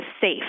safe